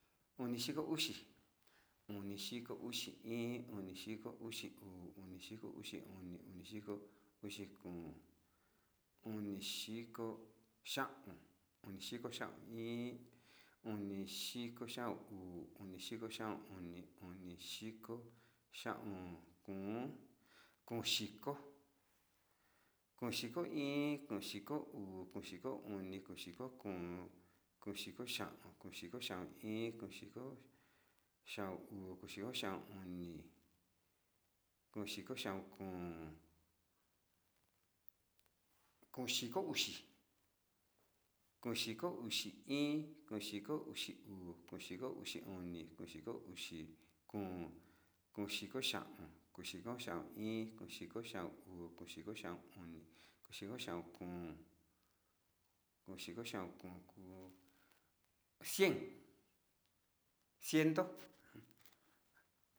Uni xiko uxi uu, uni xiko uxi uni, uni xiko uxi kum, uni xiko xa’aun, uni xiko xa’aun in, uni xiko xa’aun uu, uni xiko xa’aun uni, uni xiko xa’aun kun, kun xiko in, kun xiko uu, kun xiko uni, kun xiko kun, kun xiko xa’aun, kun xiko xa’aun in, kun xiko xa’aun uu, kun xiko xa’aun uni.